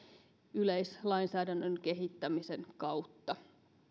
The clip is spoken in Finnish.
yleislainsäädännön kehittämisen kautta